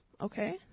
Okay